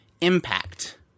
Impact